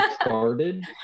started